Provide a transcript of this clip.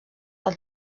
als